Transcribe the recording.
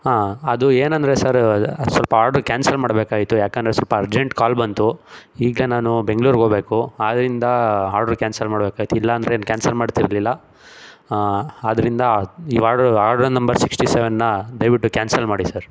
ಹಾಂ ಅದು ಏನಂದರೆ ಸರ್ ಅದು ಸ್ವಲ್ಪ ಆರ್ಡ್ರು ಕ್ಯಾನ್ಸಲ್ ಮಾಡ್ಬೇಕಾಗಿತ್ತು ಯಾಕಂದರೆ ಸ್ವಲ್ಪ ಅರ್ಜೆಂಟ್ ಕಾಲ್ ಬಂತು ಈಗ್ಲೇ ನಾನು ಬೆಂಗ್ಳೂರಿಗೆ ಹೋಬೇಕು ಆದ್ದರಿಂದ ಆರ್ಡ್ರು ಕ್ಯಾನ್ಸಲ್ ಮಾಡ್ಬೇಕಾಯ್ತು ಇಲ್ಲಾಂದರೆ ಏನು ಕ್ಯಾನ್ಸಲ್ ಮಾಡ್ತಿರಲಿಲ್ಲ ಆದ್ದರಿಂದ ಈ ಆರ್ಡ್ರು ಆರ್ಡ್ರು ನಂಬರ್ ಸಿಕ್ಸ್ಟಿ ಸೆವೆನ್ನಾ ದಯವಿಟ್ಟು ಕ್ಯಾನ್ಸಲ್ ಮಾಡಿ ಸರ್